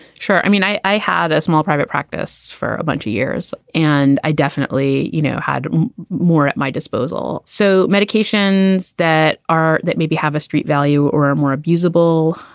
sure. i mean, i i had a small private practice for a bunch of years, and i definitely, you know, had more at my disposal. so medications that are that maybe have a street value or ah more abusable,